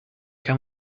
can